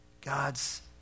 God's